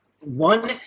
One